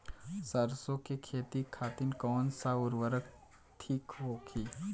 सरसो के खेती खातीन कवन सा उर्वरक थिक होखी?